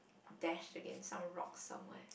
dash against some rocks somewhere